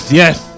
yes